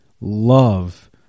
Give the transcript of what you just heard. love